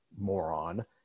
moron